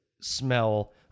Smell